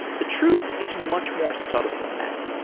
the truth is much more subtle than that.